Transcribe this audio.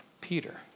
Peter